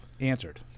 answered